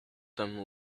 them